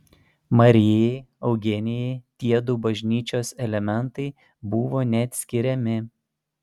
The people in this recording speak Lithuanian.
marijai eugenijai tiedu bažnyčios elementai buvo neatskiriami